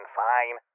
fine